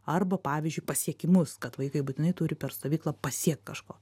arba pavyzdžiui pasiekimus kad vaikai būtinai turi per stovyklą pasiekt kažko